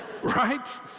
right